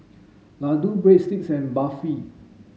Ladoo Breadsticks and Barfi